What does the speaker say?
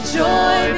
joy